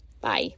Bye